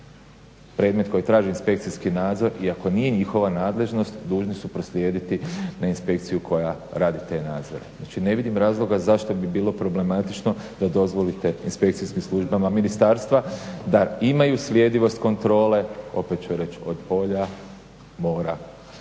predmet koji traži inspekcijski nadzor iako nije njihova nadležnost dužni su proslijediti na inspekciju koja radi te nadzore. Znači, ne vidim razloga zašto bi bilo problematično da dozvolite inspekcijskim službama ministarstva da imaju sljedivost kontrole, opet ću reći od polja, mora,